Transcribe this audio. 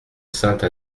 sainte